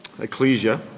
Ecclesia